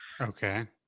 Okay